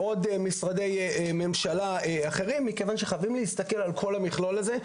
חייבים להסתכל על כל המכלול הזה,